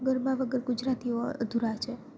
ગરબા વગર ગુજરાતીઓ અધૂરા છે